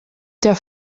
der